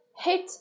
Hit